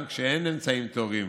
גם כשאין אמצעים טהורים